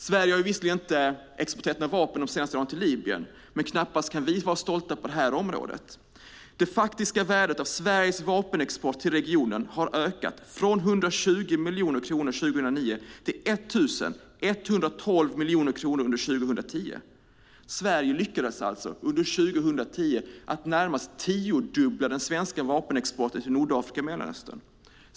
Sverige har visserligen inte exporterat några vapen till Libyen de senaste åren, men vi kan knappast vara stolta på detta område. Det faktiska värdet av Sveriges vapenexport till regionen har ökat från 120 miljoner kronor 2009 till 1 112 miljoner kronor under 2010. Sverige lyckades alltså under 2010 att närmast tiodubbla den svenska vapenexporten till Nordafrika och Mellanöstern.